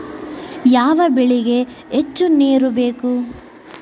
ಯಾವ ಬೆಳಿಗೆ ಹೆಚ್ಚು ನೇರು ಬೇಕು?